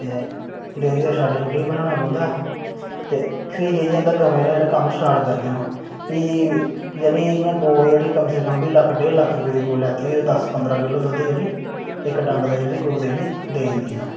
ते डेयरी दा शैड बी बनाना पौंदा ते फ्ही जाइयै इंदे गवें दा कम्म स्टार्ट करदे न प्ही जेह्ड़ी गौ इं'या कम से कम बी डेढ़ दौ लक्ख रपेऽ दी गौ लैती दी होऐ दस्स पंदरां किलो जेह्ड़ी इक्क डंग दा दुद्ध जेह्ड़ी देई दिंदी ऐ